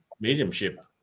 mediumship